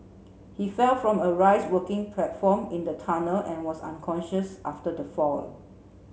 he fell from a raise working platform in the tunnel and was unconscious after the fall